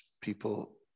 people